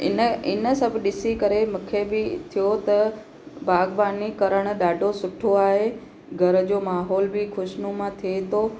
इन इन सभु ॾिसी करे मूंखे बि थियो त बाग़बानी करणु ॾाढो सुठो आहे घर जो माहौल बि ख़ुशनुमा थिए थो